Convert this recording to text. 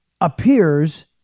appears